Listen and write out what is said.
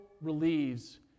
relieves